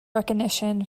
recognition